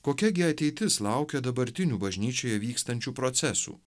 kokia gi ateitis laukia dabartinių bažnyčioje vykstančių procesų